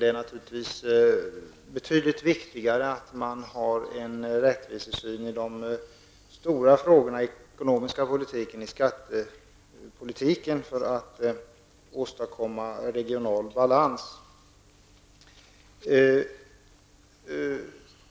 Det är naturligtvis betydligt viktigare att man har en rättvis syn i de stora frågorna inom den ekonomiska politiken och skattepolitiken för att åstadkomma regional balans.